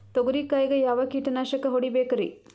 ತೊಗರಿ ಕಾಯಿಗೆ ಯಾವ ಕೀಟನಾಶಕ ಹೊಡಿಬೇಕರಿ?